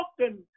often